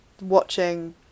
watching